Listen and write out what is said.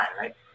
right